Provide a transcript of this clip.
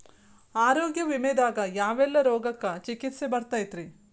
ಆರೋಗ್ಯ ವಿಮೆದಾಗ ಯಾವೆಲ್ಲ ರೋಗಕ್ಕ ಚಿಕಿತ್ಸಿ ಬರ್ತೈತ್ರಿ?